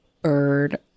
bird